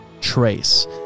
trace